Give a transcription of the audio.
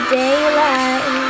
daylight